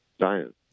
science